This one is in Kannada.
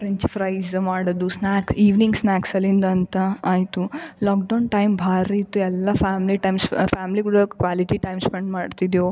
ಫ್ರೆಂಚ್ ಫ್ರೈಸ್ ಮಾಡೋದು ಸ್ನಾಕ್ ಇವ್ನಿಂಗ್ ಸ್ನಾಕ್ಸ್ ಅಲ್ಲಿಂದ ಅಂತ ಆಯಿತು ಲಾಕ್ಡೌನ್ ಟೈಮ್ ಭಾರಿ ಇತ್ತು ಎಲ್ಲ ಫ್ಯಾಮ್ಲಿ ಟೈಮ್ಸ್ ಫ್ಯಾಮ್ಲಿಗಳ ಕ್ವಾಲಿಟಿ ಟೈಮ್ ಸ್ಪೆಂಡ್ ಮಾಡ್ತಿದ್ದೆವು